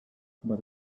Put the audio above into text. but